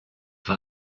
war